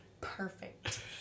perfect